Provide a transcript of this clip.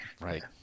right